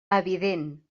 evident